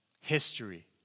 History